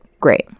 great